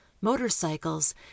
motorcycles